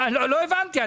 לא הבנתי,